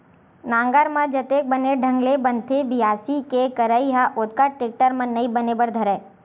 नांगर म जतेक बने ढंग ले बनथे बियासी के करई ह ओतका टेक्टर म नइ बने बर धरय